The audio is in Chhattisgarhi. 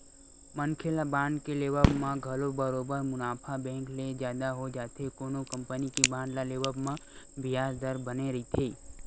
मनखे ल बांड के लेवब म घलो बरोबर मुनाफा बेंक ले जादा हो जाथे कोनो कंपनी के बांड ल लेवब म बियाज दर बने रहिथे